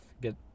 get